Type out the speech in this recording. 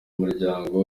muryango